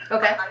Okay